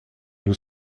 nous